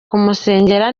kumusengera